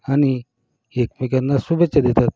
आणि एकमेकांना शुभेच्छा देतात